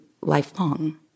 lifelong